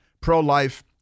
Pro-life